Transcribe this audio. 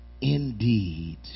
indeed